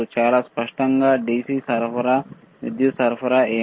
చాలా స్పష్టంగా DC విద్యుత్ సరఫరా ఏమిటి